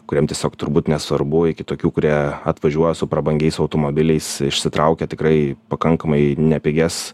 kuriem tiesiog turbūt nesvarbu iki tokių kurie atvažiuoja su prabangiais automobiliais išsitraukia tikrai pakankamai nepigias